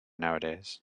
nowadays